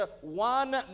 one